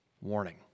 warning